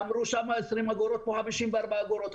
אמרו שם 20 אגרות ופה 54 אגורות.